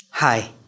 Hi